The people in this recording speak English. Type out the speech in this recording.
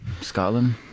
Scotland